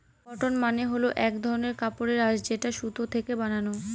cotton মানে হল এক ধরনের কাপড়ের আঁশ যেটা সুতো থেকে বানানো